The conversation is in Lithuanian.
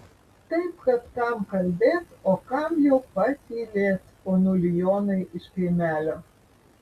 taip kad kam kalbėt o kam jau patylėt ponuli jonai iš kaimelio